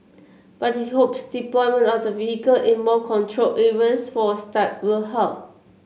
but he hopes deployment of the vehicle in more controlled areas for a start will help